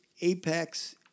apex